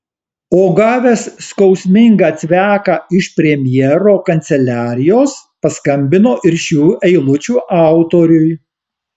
o gavęs skausmingą cveką iš premjero kanceliarijos paskambino ir šių eilučių autoriui